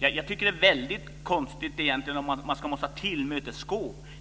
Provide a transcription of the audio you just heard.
Jag tycker att det är väldigt konstigt egentligen om man ska tillmötesgå.